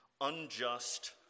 unjust